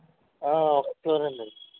వస్తున్నారండి